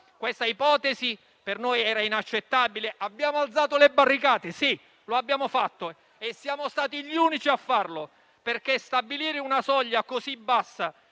Questa ipotesi per noi era inaccettabile; abbiamo alzato le barricate, sì, lo abbiamo fatto e siamo stati gli unici a farlo, perché stabilire una soglia così bassa